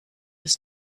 his